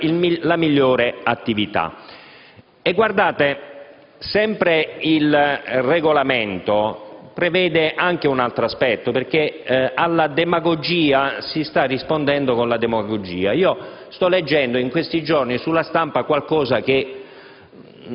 per la migliore attività. Sempre il regolamento prevede anche un altro aspetto, perché alla demagogia si sta rispondendo con la demagogia. Sto leggendo in questi giorni sulla stampa qualcosa che